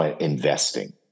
investing